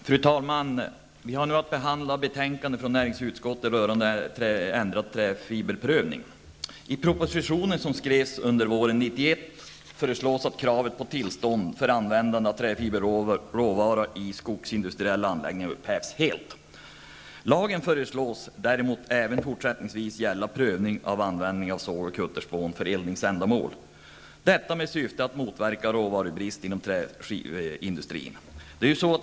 Fru talman! Vi skall nu behandla ett betänkande från näringsutskottet rörande ändrad träfiberprövning. föreslås att kravet på tillstånd för användande av träfiberråvara i skogsindustriella anläggningar skall upphävas helt. Lagen föreslås däremot även fortsättningsvis avse prövning av användning av såg och kutterspån för eldningsändamål. Detta görs med syfte att motverka råvarubrist inom träskiveindustrin.